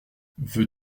veux